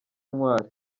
ntwali